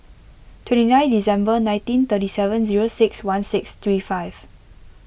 twenty nine December nineteen thirty seven zero six one six three five